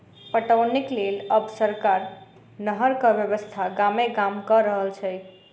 पटौनीक लेल आब सरकार नहरक व्यवस्था गामे गाम क रहल छै